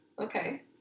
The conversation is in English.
Okay